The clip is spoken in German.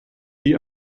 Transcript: die